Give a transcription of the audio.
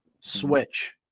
switch